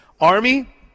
army